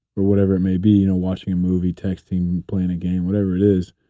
or whatever it may be you know watching a movie, texting, playing a game, whatever it is.